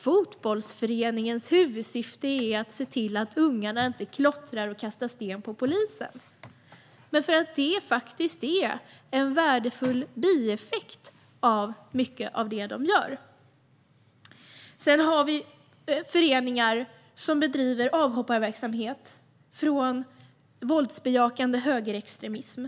Fotbollsföreningens huvudsyfte är ju inte att se till att ungarna inte klottrar och kastar sten på polisen, men det är en värdefull bieffekt till det som de gör. Det finns föreningar som bedriver avhopparverksamhet från våldsbejakande högerextremism.